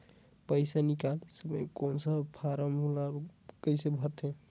पइसा निकाले समय कौन सा फारम ला कइसे भरते?